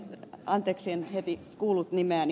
anteeksi en heti kuullut nimeni